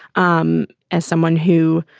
um as someone who